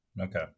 Okay